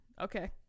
Okay